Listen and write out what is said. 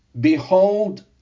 Behold